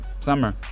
Summer